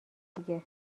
دیگه